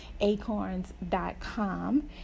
acorns.com